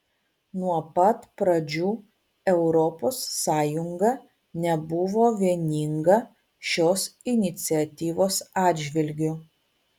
nuo pat pradžių europos sąjunga nebuvo vieninga šios iniciatyvos atžvilgiu